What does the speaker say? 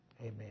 Amen